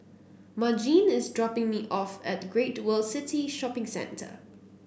Margene is dropping me off at Great World City Shopping Centre